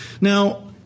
Now